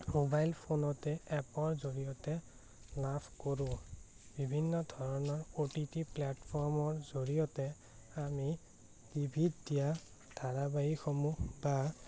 mobile ফোনতে এপৰ জৰিয়তে লাভ কৰোঁ বিভিন্ন ধৰণৰ অ' টি টি প্লেটফৰ্মৰ জৰিয়তে আমি টিভি ত দিয়া ধাৰাবাহীকসমূহ বা